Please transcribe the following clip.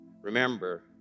Remember